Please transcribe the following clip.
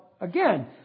again